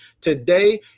today